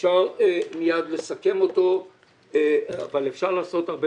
שאפשר מיד לסכם אותו אבל אפשר לעשות הרבה